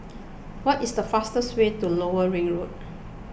what is the fastest way to Lower Ring Road